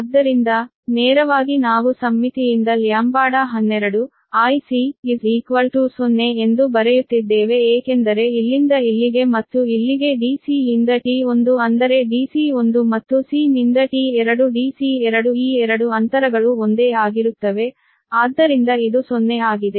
ಆದ್ದರಿಂದ ನೇರವಾಗಿ ನಾವು ಸಮ್ಮಿತಿಯಿಂದ λ12 0 ಎಂದು ಬರೆಯುತ್ತಿದ್ದೇವೆ ಏಕೆಂದರೆ ಇಲ್ಲಿಂದ ಇಲ್ಲಿಗೆ ಮತ್ತು ಇಲ್ಲಿಗೆ Dc ಯಿಂದ T1 ಅಂದರೆ Dc1 ಮತ್ತು c ನಿಂದ T2 Dc2 ಈ 2 ಅಂತರಗಳು ಒಂದೇ ಆಗಿರುತ್ತವೆ ಆದ್ದರಿಂದ ಇದು 0 ಆಗಿದೆ